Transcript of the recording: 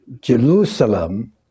Jerusalem